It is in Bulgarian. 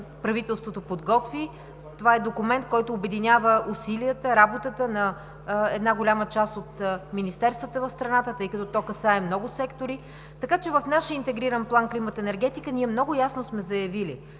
правителството подготви. Това е документ, който обединява усилията, работата на една голяма част от министерствата в страната, тъй като то касае много сектори. Така че в нашия Интегриран план „Климат – енергетика“ ние много ясно сме заявили,